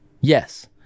yes